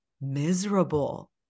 miserable